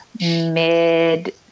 mid